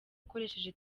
ukoresheje